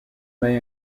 may